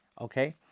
Okay